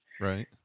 Right